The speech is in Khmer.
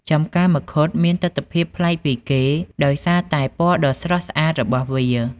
ចម្ការមង្ឃុតមានទិដ្ឋភាពប្លែកពីគេ ដោយសារតែពណ៌ដ៏ស្រស់ស្អាតរបស់វា។